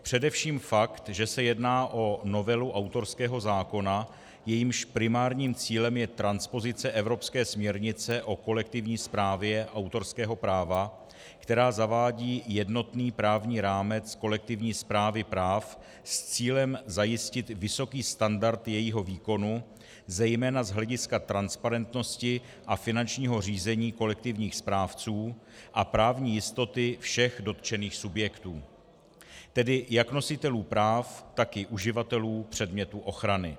Především fakt, že se jedná o novelu autorského zákona, jejímž primárním cílem je transpozice evropské směrnice o kolektivní správě autorského práva, která zavádí jednotný právní rámec kolektivní správy práv s cílem zajistit vysoký standard jejího výkonu zejména z hlediska transparentnosti a finančního řízení kolektivních správců a právní jistoty všech dotčených subjektů, tedy jak nositelů práv, tak i uživatelů předmětu ochrany.